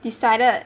decided